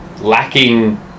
lacking